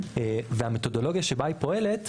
והמתודולוגיה שבה היא פועלת,